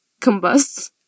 combust